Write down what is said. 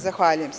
Zahvaljujem.